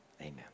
amen